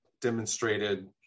demonstrated